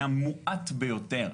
היה מועט ביותר.